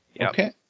Okay